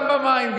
גם במים.